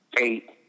eight